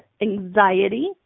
anxiety